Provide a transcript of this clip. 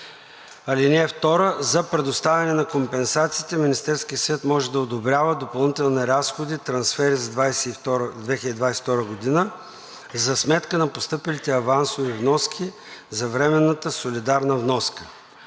(2) За предоставяне на компенсациите Министерският съвет може да одобрява допълнителни разходи/трансфери за 2022 г. за сметка на постъпилите авансови вноски за временната солидарна вноска.“